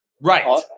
Right